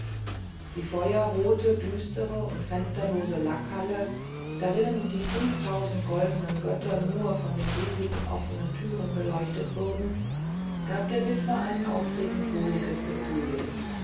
die feuerrote düstere und fensterlose lackhalle darinnen die fünftausend goldenen götter nur von den riesigen offenen türen beleuchtet wurden gab der witwe ein aufregend wohliges gefühl